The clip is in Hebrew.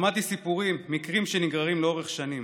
שמעתי סיפורים, מקרים שנגררים לאורך שנים,